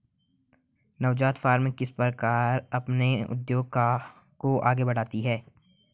नवजात फ़र्में किस प्रकार अपने उद्योग को आगे बढ़ाती हैं?